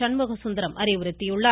சண்முகசுந்தரம் அறிவுறுத்தியுள்ளார்